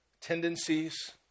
Tendencies